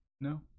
No